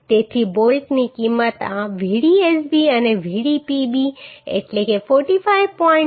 તેથી બોલ્ટની કિંમત આ Vd sb અને Vd pb એટલે કે 45